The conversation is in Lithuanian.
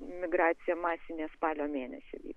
migracija masinė spalio mėnesį